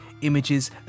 images